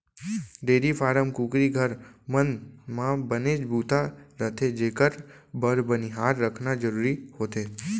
dairy farm, कुकरी घर, मन म बनेच बूता रथे जेकर बर बनिहार रखना जरूरी होथे